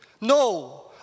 No